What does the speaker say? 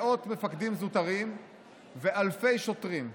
מאות מפקדים זוטרים ואלפי שוטרים.